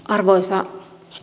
arvoisa